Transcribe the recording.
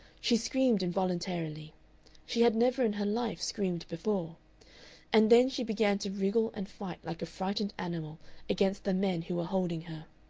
she screamed involuntarily she had never in her life screamed before and then she began to wriggle and fight like a frightened animal against the men who were holding her.